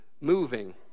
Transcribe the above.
moving